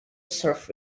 surf